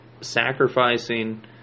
sacrificing